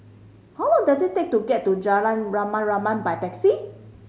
how long does it take to get to Jalan Rama Rama by taxi